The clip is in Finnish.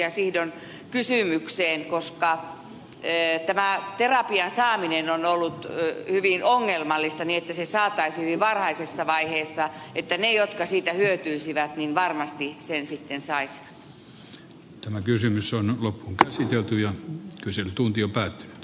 sihdon kysymykseen koska terapian saaminen niin että se saataisiin hyvin varhaisessa vaiheessa että ne jotka siitä hyötyisivät varmasti sen sitten saisivat on ollut hyvin ongelmallista